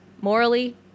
morally